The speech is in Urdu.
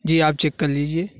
جی آپ چیک کر لیجیے